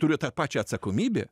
turiu tą pačią atsakomybę